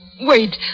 wait